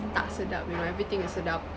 tak sedap you know everything is sedap